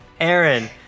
Aaron